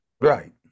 Right